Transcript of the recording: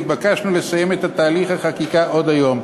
והתבקשנו לסיים את תהליך החקיקה עוד היום,